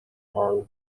horn